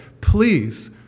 please